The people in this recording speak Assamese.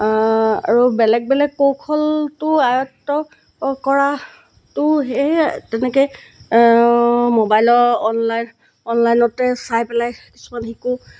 আৰু বেলেগ বেলেগ কৌশলটো আয়ত্ব কৰাটো সেয়ে তেনেকৈয়ে মোবাইলৰ অনলাইন অনলাইনতে চাই পেলাই কিছুমান শিকোঁ